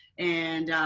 and